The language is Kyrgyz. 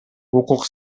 укук